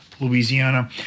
Louisiana